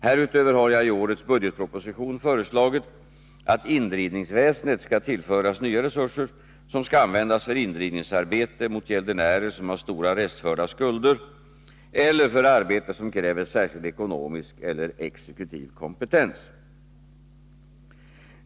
Härutöver har jag i årets budgetproposition föreslagit att indrivningsväsendet skall tillföras nya resurser, som skall användas för indrivningsarbete mot gäldenärer som har stora restförda skulder eller för arbete som kräver särskild ekonomisk eller exekutiv kompetens.